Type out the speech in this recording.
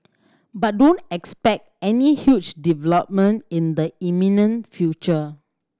but don't expect any huge development in the imminent future